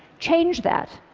change that.